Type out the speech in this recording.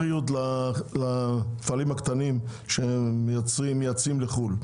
לפועלים הקטנים שמייצאים לחו"ל.